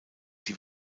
die